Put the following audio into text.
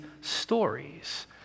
stories